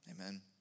Amen